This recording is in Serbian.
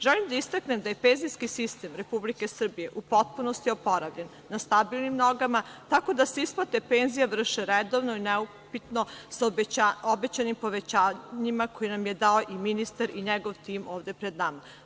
Želim da istaknem da je penzijski sistem Republike Srbije u potpunosti oporavljen, na stabilnim nogama tako da se isplate penzija vrše redovno i neupitno sa obećanim povećanjima koje nam je dao i ministar i njegov tim ovde pred nama.